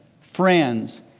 friends